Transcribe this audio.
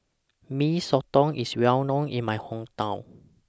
Mee Soto IS Well known in My Hometown